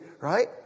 right